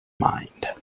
mind